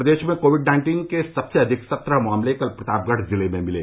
प्रदेश में covid nineteen के सबसे अधिक सत्रह मामले कल प्रतापगढ़ जिले में मिले